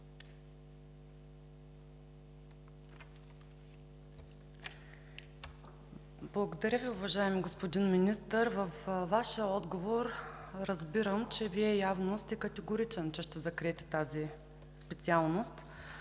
Благодаря Ви, уважаеми господин Министър. От Вашия отговор разбирам, че Вие явно сте категоричен, че ще закриете тази специалност,